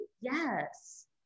Yes